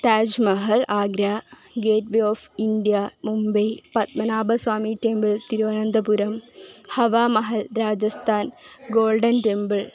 Taj Mahal Agra gateway of India Mumbai Padmanabha Swamy temple Thiruvananthapuram Hawa Mahal Rajasthan golden temple